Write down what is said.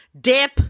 dip